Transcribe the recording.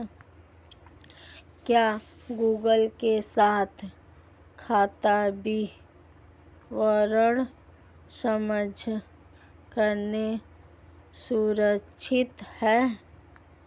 क्या गूगल के साथ खाता विवरण साझा करना सुरक्षित है?